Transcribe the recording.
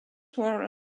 were